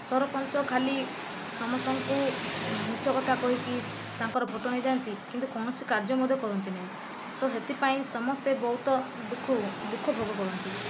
ସରପଞ୍ଚ ଖାଲି ସମସ୍ତଙ୍କୁ ମିଛ କଥା କହିକି ତାଙ୍କର ଭୋଟ୍ ନେଇ ଯାଆନ୍ତି କିନ୍ତୁ କୌଣସି କାର୍ଯ୍ୟ ମଧ୍ୟ କରନ୍ତି ନାହିଁ ତ ସେଥିପାଇଁ ସମସ୍ତେ ବହୁତ ଦୁଃଖ ଭୋଗ କରନ୍ତି